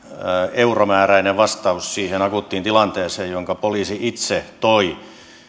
euromääräinen vastaus siihen akuuttiin tilanteeseen jonka poliisi itse toi